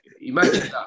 imagine